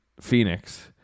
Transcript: Phoenix